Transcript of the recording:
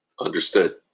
Understood